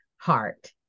heart